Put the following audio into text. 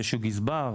איזשהו גזבר,